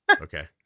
Okay